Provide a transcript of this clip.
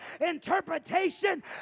interpretation